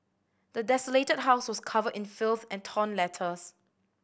the desolated house was covered in filth and torn letters